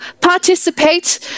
participate